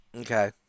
Okay